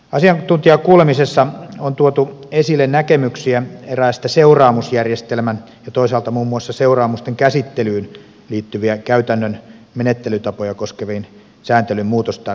asiantuntijakuulemisessa on tuotu esille näkemyksiä eräistä seuraamusjärjestelmän ja toisaalta muun muassa seuraamusten käsittelyyn liittyviä käytännön menettelytapoja koskevan sääntelyn muutostarpeista